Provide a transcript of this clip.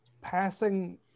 Passing